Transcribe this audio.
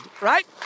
right